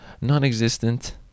non-existent